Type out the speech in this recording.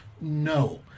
No